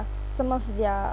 some of their